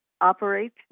operate